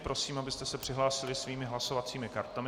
Prosím, abyste se přihlásili svými hlasovacími kartami.